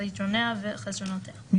על יתרונותיה וחסרונותיה".